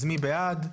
מי בעד?